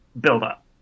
buildup